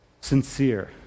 sincere